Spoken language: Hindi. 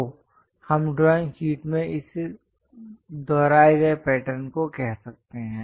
तो हम ड्राइंग शीट में इस दोहराए गए पैटर्न को कह सकते हैं